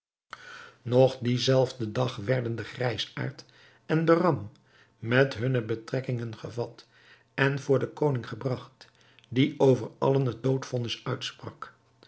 nog dien zelfden dag werden de grijsaard en behram met hunne betrekkingen gevat en voor den koning gebragt die over allen het doodvonnis uitsprak